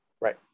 Right